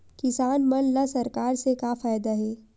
किसान मन ला सरकार से का फ़ायदा हे?